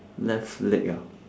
left leg ah